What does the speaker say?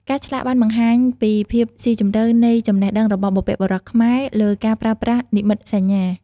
ការឆ្លាក់បានបង្ហាញពីភាពស៊ីជម្រៅនៃចំណេះដឹងរបស់បុព្វបុរសខ្មែរលើការប្រើប្រាស់និមិត្តសញ្ញា។